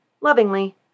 Lovingly